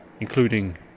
including